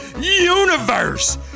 universe